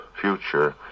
future